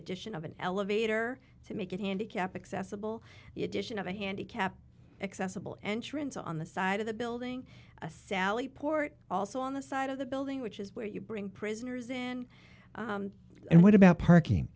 addition of an elevator to make it handicapped accessible the addition of a handicapped accessible entrance on the side of the building sally port also on the side of the building which is where you bring prisoners in and what about parking